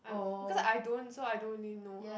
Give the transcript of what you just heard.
I'm cause I don't so I don't really know how